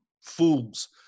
fools